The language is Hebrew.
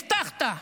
הבטחת.